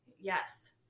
Yes